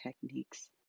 techniques